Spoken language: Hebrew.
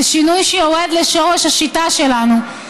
זה שינוי שיורד לשורש השיטה שלנו,